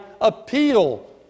appeal